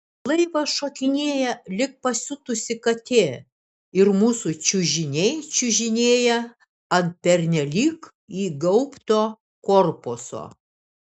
laivas šokinėja lyg pasiutusi katė ir mūsų čiužiniai čiužinėja ant pernelyg įgaubto korpuso